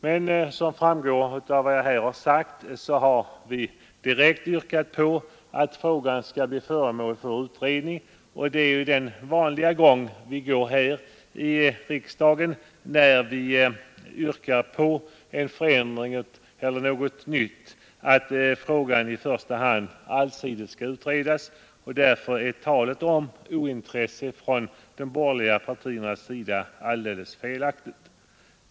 Men som framgår av vad jag här sagt har vi direkt yrkat på att frågan skall bli föremål för utredning och det är ju den vanliga gången här i riksdagen, när vi yrkar på en förändring eller något nytt, att frågan i första hand allsidigt skall utredas. Därför är talet om ointresse från de borgerliga partiernas sida alldeles felaktigt.